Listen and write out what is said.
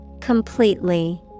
Completely